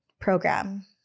program